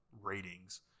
ratings